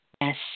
Yes